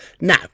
Now